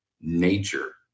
nature